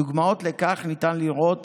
דוגמאות לכך ניתן לראות